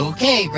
Okay